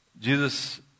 Jesus